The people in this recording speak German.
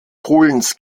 polens